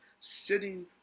sitting